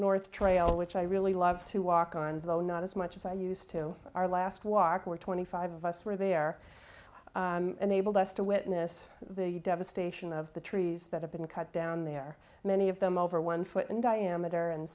north trail which i really love to walk on though not as much as i used to our last walk or twenty five of us were there enabled us to witness the devastation of the trees that have been cut down there many of them over one foot in diameter and